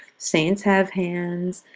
saints have hands,